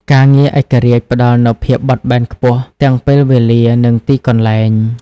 ការងារឯករាជ្យផ្តល់នូវភាពបត់បែនខ្ពស់ ទាំងពេលវេលា និងទីកន្លែង។